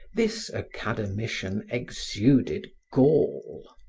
this academician exuded gall.